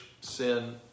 sin